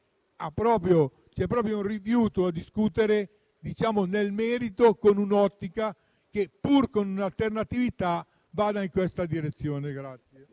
c'è proprio un rifiuto a discutere nel merito, con un'ottica che, pur con un'alternatività, vada in questa direzione.